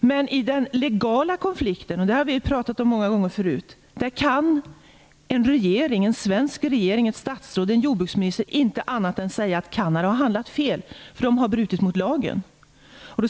Men i den legala konflikten - det har vi pratat om många gånger förut - kan en svensk regering, ett statsråd eller en jordbruksminister inte säga annat än att Kanada har handlat fel. De har brutit mot lagen.